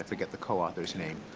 forget the co-authors name,